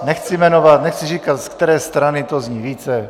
Nechci jmenovat, nechci říkat, z které strany to zní více.